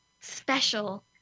Special